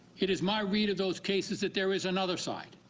it is my read of those cases that there is another side.